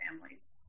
families